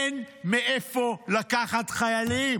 אין מאיפה לקחת חיילים